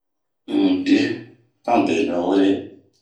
Un dii han beɲu wure,